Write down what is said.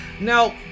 Now